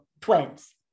twins